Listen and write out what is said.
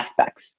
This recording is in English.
aspects